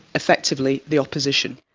effectively, the opposition.